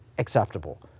acceptable